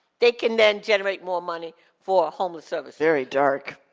they can then generate more money for homeless services. very dark.